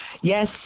yes